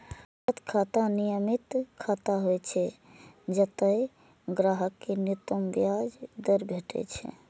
बचत खाता नियमित खाता होइ छै, जतय ग्राहक कें न्यूनतम ब्याज दर भेटै छै